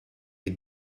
had